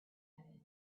dazzled